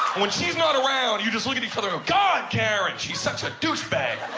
when she's not around. you just want to be gone, karen. she's such a douche bag